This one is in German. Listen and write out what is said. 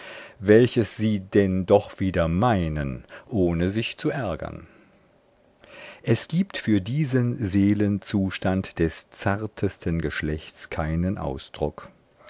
welches sie denn doch wieder meinen ohne sich zu ärgern es gibt für diesen seelenzustand des zartesten geschlechts keinen ausdruck